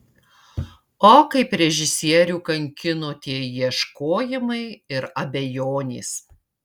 o kaip režisierių kankino tie ieškojimai ir abejonės